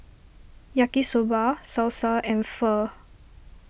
Yaki Soba Salsa and Pho